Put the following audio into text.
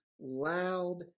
loud